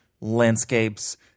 landscapes